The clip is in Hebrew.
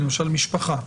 למשל משפחה.